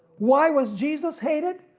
why was jesus hated?